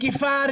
מקיפה,